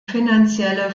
finanzielle